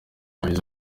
yagize